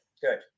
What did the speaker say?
good